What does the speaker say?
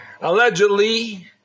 Allegedly